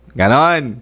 ganon